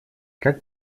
как